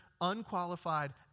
unqualified